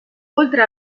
oltre